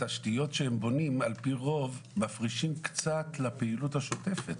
התשתיות שהם בונים על פי רוב מפרישים קצת לפעילות השוטפת,